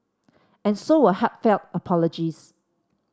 and so were heartfelt apologies